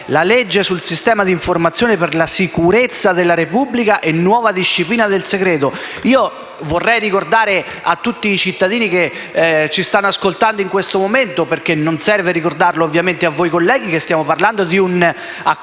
alla legge sul «Sistema di informazione per la sicurezza della Repubblica e nuova disciplina del segreto». Vorrei ricordare a tutti i cittadini che ci stanno ascoltando in questo momento - perché naturalmente non serve ricordarlo a voi, colleghi - che stiamo parlando di un accordo